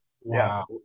Wow